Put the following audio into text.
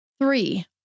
Three